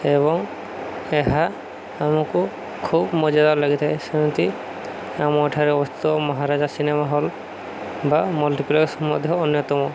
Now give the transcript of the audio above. ଏବଂ ଏହା ଆମକୁ ଖୁବ୍ ମଜାଦାର ଲାଗିଥାଏ ସେମିତି ଆମ ଏଠାରେ ଅବସ୍ଥିତ ମହାରାଜା ସିନେମା ହଲ୍ ବା ମଲ୍ଟିପ୍ଲେକ୍ସ ମଧ୍ୟ ଅନ୍ୟତମ